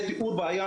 בוקר טוב,